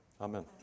Amen